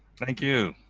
thank you. you.